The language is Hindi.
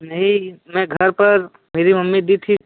नहीं मैं घर पर मेरी मम्मी भी थी